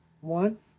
One